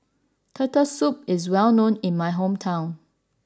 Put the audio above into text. Turtle Soup is well known in my hometown